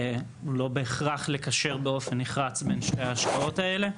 לא בהכרח לקשר באופן נחרץ בין שתי ההשקעות האלה.